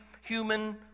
human